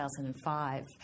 2005